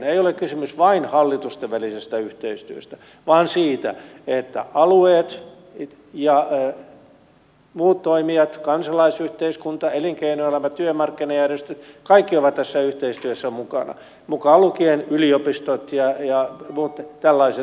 ei ole kysymys vain hallitusten välisestä yhteistyöstä vaan siitä että alueet ja muut toimijat kansalaisyhteiskunta elinkeinoelämä työmarkkinajärjestöt kaikki ovat tässä yhteistyössä mukana mukaan lukien yliopistot ja muut tällaiset verkostot